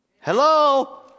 Hello